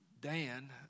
Dan